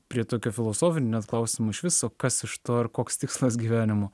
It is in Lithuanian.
prie tokio filosofinio klausimo iš viso kas iš to ir koks tikslas gyvenimo